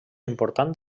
important